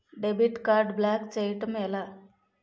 Debit card block చేయటం ఎలా?